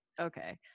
okay